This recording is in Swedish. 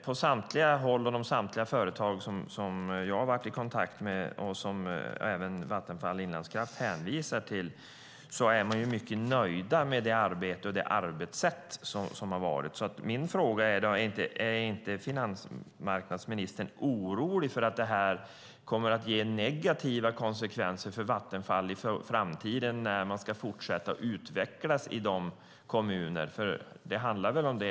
På samtliga håll och bland samtliga företag som jag har varit i kontakt med, och som även Vattenfall Inlandskraft hänvisar till, är man mycket nöjd med det arbete och det arbetssätt som har varit. Min fråga blir då: Är inte finansmarknadsministern orolig för att detta kommer att ge negativa konsekvenser för Vattenfall i framtiden när man ska fortsätta utvecklas i dessa kommuner? Det handlar väl om det?